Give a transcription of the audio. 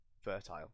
fertile